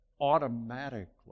automatically